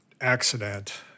accident